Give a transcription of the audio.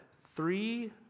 three